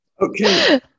okay